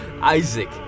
Isaac